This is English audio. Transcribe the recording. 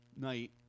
night